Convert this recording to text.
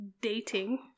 dating